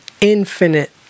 infinite